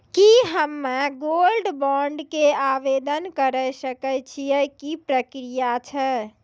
की हम्मय gold bond के आवदेन करे सकय छियै, की प्रक्रिया छै?